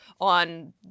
on